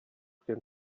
gen